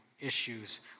issues